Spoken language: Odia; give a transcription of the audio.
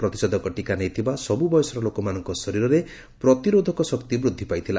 ପ୍ରତିଷେଧକ ଟିକା ନେଇଥିବା ସବୁ ବୟସର ଲୋକମାନଙ୍କ ଶରୀରରେ ପ୍ରତିରୋଧକ ଶକ୍ତି ବୃଦ୍ଧି ପାଇଥିଲା